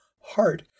heart